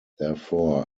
therefore